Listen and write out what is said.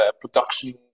production